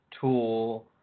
tool